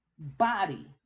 body